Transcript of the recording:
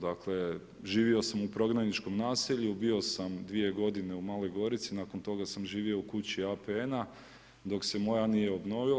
Dakle živio sam u prognaničkom naselju, bio sam 2 godine u Maloj Gorici, nakon toga sam živio u kući APN-a dok se moja nije obnovila.